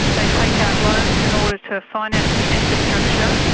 they'd take out loans in order to finance the infrastructure,